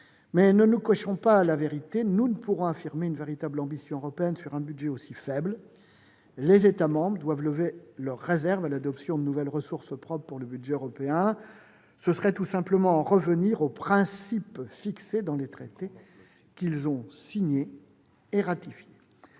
Mais ne nous cachons pas la vérité : nous ne pourrons affirmer une véritable ambition européenne sur un budget aussi faible. Les États membres doivent lever leurs réserves s'agissant de l'adoption de nouvelles ressources propres pour le budget européen. Retour serait ainsi fait, tout simplement, au principe fixé dans les traités qu'ils ont signés et ratifiés.